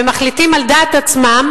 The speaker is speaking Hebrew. ומחליטים על דעת עצמם,